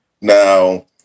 Now